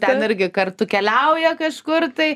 ten irgi kartu keliauja kažkur